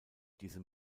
diese